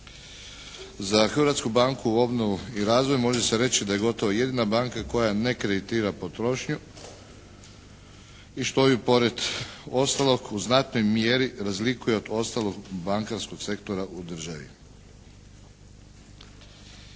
Za Hrvatsku banku za obnovu i razvoj može se reći da je gotovo jedina banka koja ne kreditira potrošnju i što ju pored ostalog u znatnoj mjeri razlikuje od ostalog bankarskog sektora u državi.